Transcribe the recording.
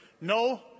No